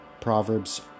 Proverbs